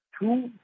Two